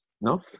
no